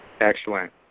Excellent